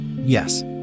Yes